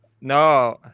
No